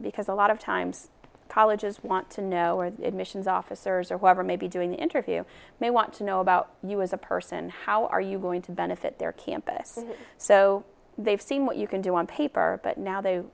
because a lot of times colleges want to know where the admissions officers or whoever may be doing the interview they want to know about you as a person how are you going to benefit their campus so they've seen what you can do on paper but now they